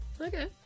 Okay